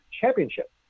championship